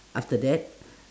after that